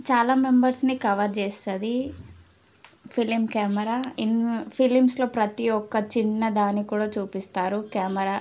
చాలా మెంబర్స్ని కవర్ చేస్తుంది ఫిలిం కెమెరా ఇన్ ఫిలిమ్స్లో ప్రతి ఒక్క చిన్న దానికి కూడా చూపిస్తారు కెమెరా